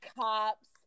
cops